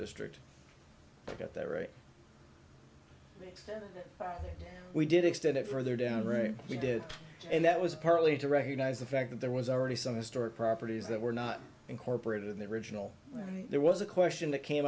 district got that right we did extend it further down right we did and that was apparently to recognize the fact that there was already some historic properties that were not incorporated in the original there was a question that came